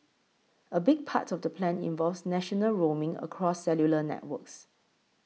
a big part of the plan involves national roaming across cellular networks